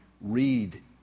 read